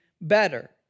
better